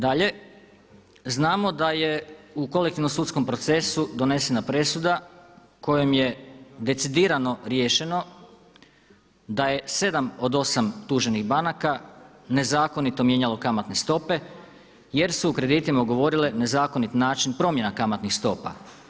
Dalje, znamo da je u kolektivnom sudskom procesu donesena presuda kojom je decidirano riješeno da je 7 od 8 tuženih banaka nezakonito mijenjalo kamatne stope jer su u kreditima ugovorile nezakonit način promjena kamatnih stopa.